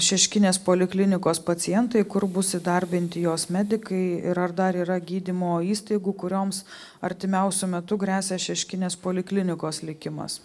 šeškinės poliklinikos pacientai kur bus įdarbinti jos medikai ir ar dar yra gydymo įstaigų kurioms artimiausiu metu gresia šeškinės poliklinikos likimas